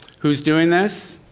who is doing this?